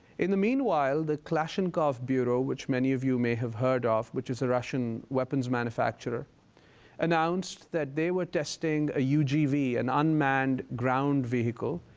in the meanwhile the kalishnikov bureau which many of you may have heard ah of, which is a russian weapons manufacturer announced that they were testing a ugv, an and unmanned ground vehicle,